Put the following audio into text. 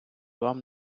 вам